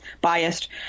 biased